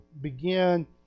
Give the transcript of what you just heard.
begin